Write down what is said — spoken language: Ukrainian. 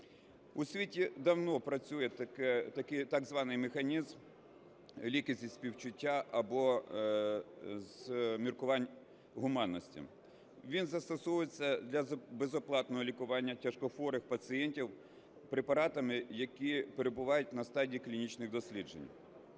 У світі давно працює так званий механізм ліки зі співчуття або з міркувань гуманності. Він застосовується для безоплатного лікування тяжкохворих пацієнтів препаратами, які перебувають на стадії клінічних досліджень.